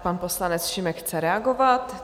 Pan poslanec Šimek chce reagovat.